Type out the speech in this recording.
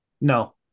No